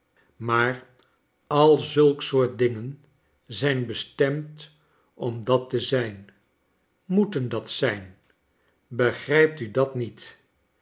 maar al zulk soort dingen zijn bestemd om dat te zijn moet en dat zijn begrijpt u dat niet